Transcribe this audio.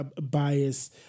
bias